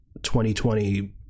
2020